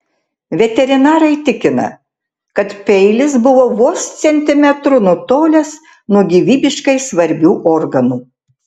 veterinarai tikina kad peilis buvo vos centimetru nutolęs nuo gyvybiškai svarbių organų